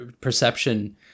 perception